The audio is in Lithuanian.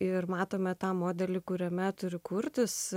ir matome tą modelį kuriame turi kurtis